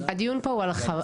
הדיון פה הוא על הרחבה.